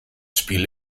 spiel